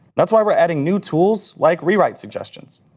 that's why we're adding new tools like rewrite suggestions.